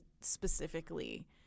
specifically